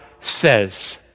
says